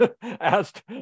asked